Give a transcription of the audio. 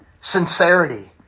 sincerity